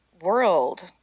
world